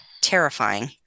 terrifying